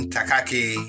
Takaki